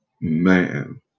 man